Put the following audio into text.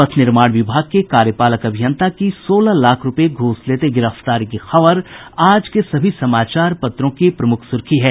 पथ निर्माण विभाग के कार्यपालक अभियंता की सोलह लाख रूपये घूस लेते गिरफ्तारी की खबर आज के सभी समाचार पत्रों की प्रमुख सुर्खी है